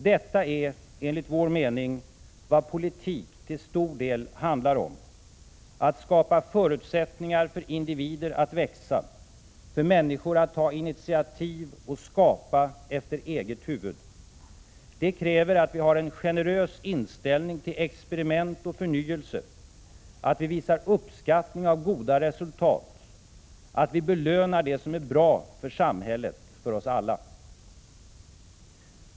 Detta är, enligt vår mening, vad politik till stor del handlar om: att skapa förutsättningar för individer att växa, för människor att ta initiativ och skapa efter eget huvud. Det kräver att vi har en generös inställning till experiment och förnyelse, att vi visar uppskattning av goda resultat, att vi belönar det som är bra för samhället, för oss alla.